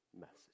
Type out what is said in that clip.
message